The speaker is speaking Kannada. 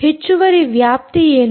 ಹೆಚ್ಚುವರಿ ವ್ಯಾಪ್ತಿ ಏನು